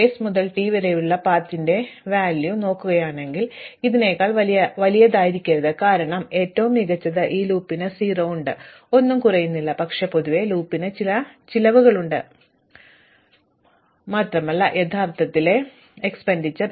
S മുതൽ t വരെയുള്ള നേരിട്ടുള്ള പാതയുടെ വില ഞാൻ നോക്കുകയാണെങ്കിൽ ഇതിനെക്കാൾ വലുതായിരിക്കരുത് കാരണം ഏറ്റവും മികച്ചത് ഈ ലൂപ്പിന് 0 ഉണ്ട് ഒന്നും കുറയുന്നില്ല പക്ഷേ പൊതുവേ ലൂപ്പിന് ചില നല്ല ചിലവുകളുണ്ട് മാത്രമല്ല യഥാർത്ഥത്തിൽ ചെലവ്